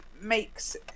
makes